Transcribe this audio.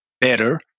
better